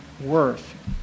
worth